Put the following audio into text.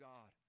God